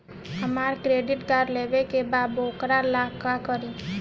हमरा credit card लेवे के बा वोकरा ला का करी?